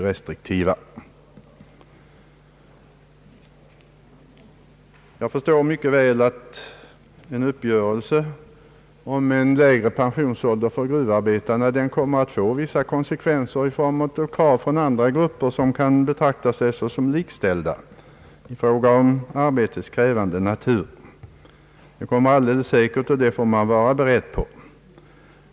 Jag förstår mycket väl att en uppgörelse om lägre pensionsålder för gruvarbetare kommer att få vissa konsekvenser i form av krav från andra grupper, som kan betrakta sig som likställda i fråga om arbetets krävande natur. Detta får man alldeles säkert vara beredd på.